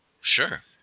Sure